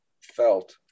felt